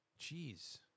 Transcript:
Jeez